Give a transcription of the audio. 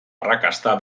arrakasta